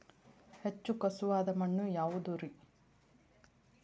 ಹೆಚ್ಚು ಖಸುವಾದ ಮಣ್ಣು ಯಾವುದು ರಿ?